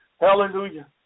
Hallelujah